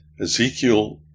Ezekiel